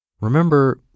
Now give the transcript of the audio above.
remember